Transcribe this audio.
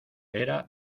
era